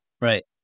Right